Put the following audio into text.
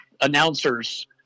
announcers